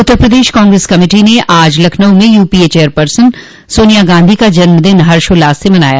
उत्तर Pradesh Congress committee ने आज लखनऊ में UPA chairperson Sonia Gandhi का जन्मदिन हर्षोल्लास से मनाया